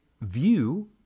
view